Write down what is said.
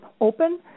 open